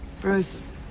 Bruce